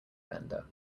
vendor